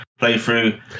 playthrough